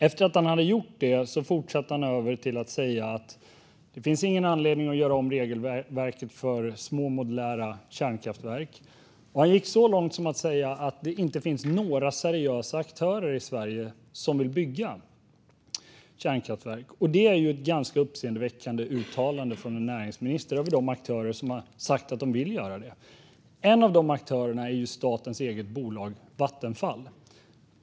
Efter att han hade gjort det fortsatte han med att säga att det inte finns någon anledning att göra om regelverket för små modulära kärnkraftverk. Han gick så långt som att säga att det inte finns några seriösa aktörer i Sverige som vill bygga kärnkraftverk. Det är ju ett ganska uppseendeväckande uttalande från en näringsminister om de aktörer som har sagt att de vill göra detta. En av dessa aktörer är statens eget bolag Vattenfall.